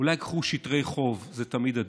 אולי קחו שטרי חוב, זה תמיד עדיף.